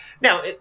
Now